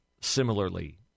similarly